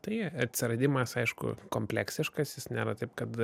tai atsiradimas aišku kompleksiškas jis nėra taip kad